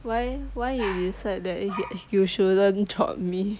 why why you decide that you shouldn't drop me